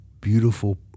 beautiful